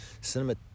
cinema